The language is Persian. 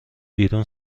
بیرون